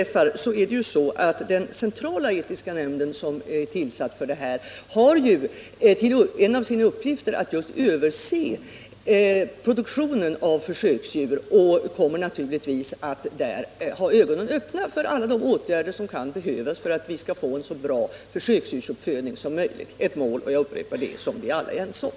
F. ö. är det ju så att den centrala etiska nämnd som är tillsatt har som en av sina uppgifter att just se över produktionen av försöksdjur, och den kommer naturligtvis att där ha ögonen öppna för alla de åtgärder som kan behövas för att vi skall få en så bra försöksdjursuppfödning som möjligt — ett mål som, jag upprepar det, vi alla är ense om.